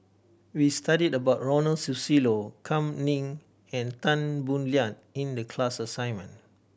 we studied about Ronald Susilo Kam Ning and Tan Boo Liat in the class assignment